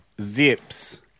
Zips